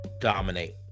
dominate